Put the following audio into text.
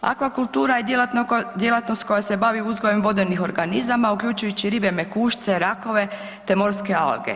Akvakultura je djelatnost koja se bavi uzgojem vodenih organizama uključujući ribe mekušce, rakove te morske alge.